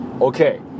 Okay